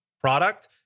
product